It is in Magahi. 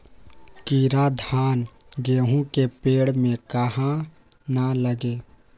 कीरा धान, गेहूं के पेड़ में काहे न लगे?